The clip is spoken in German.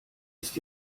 ist